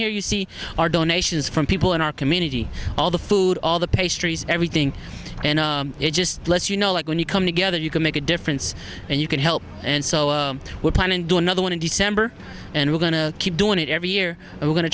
here you see our donations from people in our community all the food all the pastries everything and it just lets you know like when you come together you can make a difference and you can help and so we're planning to do another one in december and we're going to keep doing it every year and we're going to